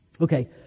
Okay